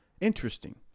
interesting